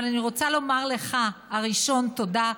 אבל אני רוצה לומר לך ראשון תודה,